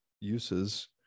uses